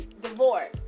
divorce